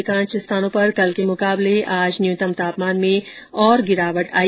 अधिकांश स्थानों पर कल के मुकाबले आज न्यूनतम तापमान में और गिरावट दर्ज की गई